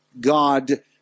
God